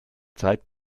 zeit